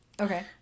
Okay